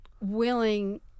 willing